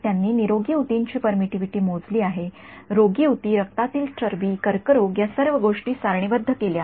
त्यांनी निरोगी ऊतींची परमिटिव्हिटी मोजली आहे रोगी ऊती रक्तातील चरबी कर्करोग या सर्व गोष्टी सारणीबद्ध आहेत